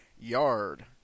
yard